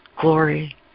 glory